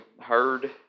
heard